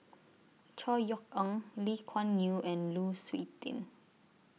Chor Yeok Eng Lee Kuan Yew and Lu Suitin